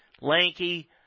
lanky